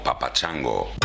papachango